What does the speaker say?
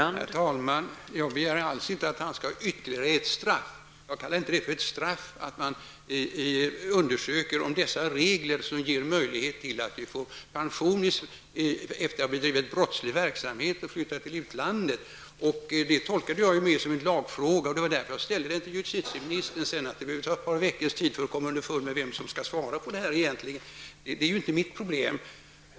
Herr talman! Jag begär alls inte att han skall ha ytterligare ett straff. Jag kallar det inte för ett straff att man undersöker de regler som ger möjlighet till pension efter det att man har bedrivit brottslig verksamhet och flyttat till utlandet. Jag tolkar detta mer som en lagfråga, och det var därför jag ställde frågan till justitieministern. Det är inte mitt problem om det tar ett par veckor att komma underfund med vem som egentligen skall svara på frågan.